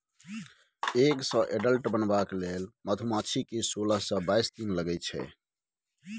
egg सँ adult बनबाक लेल मधुमाछी केँ सोलह सँ बाइस दिन लगै छै